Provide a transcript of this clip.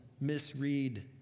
misread